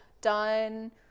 done